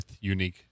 unique